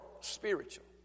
spiritual